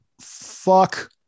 fuck